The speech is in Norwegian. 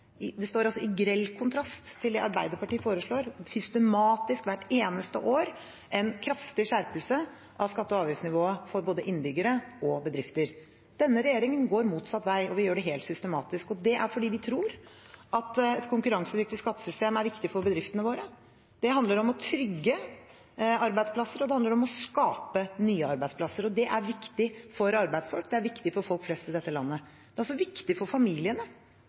Det står i grell kontrast til det Arbeiderpartiet foreslår systematisk hvert eneste år: en kraftig skjerpelse av skatte- og avgiftsnivået for både innbyggere og bedrifter. Denne regjeringen går motsatt vei, og vi gjør det helt systematisk. Det er fordi vi tror at et konkurransedyktig skattesystem er viktig for bedriftene våre. Det handler om å trygge arbeidsplasser, og det handler om å skape nye arbeidsplasser. Det er viktig for arbeidsfolk, det er viktig for folk flest i dette landet. Det er også viktig for familiene